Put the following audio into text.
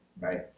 right